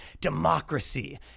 democracy